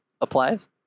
applies